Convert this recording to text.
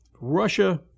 Russia